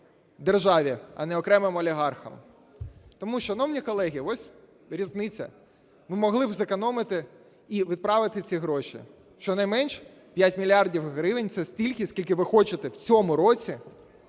державі, а не окремим олігархам. Тому, шановні колеги, ось різниця, ми могли б зекономити і відправити ці гроші. Щонайменше 5 мільярдів гривень – це стільки, скільки ви хочете в цьому році